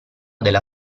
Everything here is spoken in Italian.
della